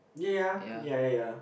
ya ya ya ya ya